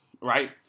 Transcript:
right